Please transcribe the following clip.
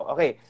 Okay